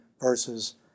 versus